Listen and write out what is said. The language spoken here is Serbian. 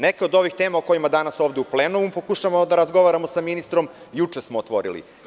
Neke od ovih tema o kojima danas ovde u plenumu pokušavamo da razgovaramo sa ministrom, juče smo otvorili.